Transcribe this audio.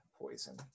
poison